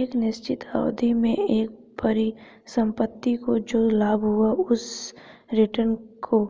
एक निश्चित अवधि में एक परिसंपत्ति को जो लाभ हुआ उस रिटर्न को